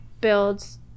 builds